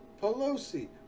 Pelosi